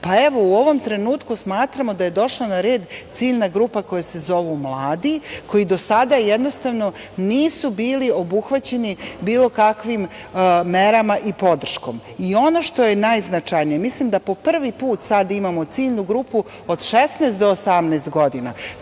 Pa, evo u ovom trenutku smatramo da je došla na red ciljna grupa koja se zove mladi koji do sada jednostavno nisu bili obuhvaćeni bilo kakvim merama i podrškom. Ono što je najznačajnije, mislim da po prvi put sada imamo ciljnu grupu od 16 do 18 godina,